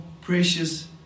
precious